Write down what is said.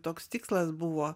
toks tikslas buvo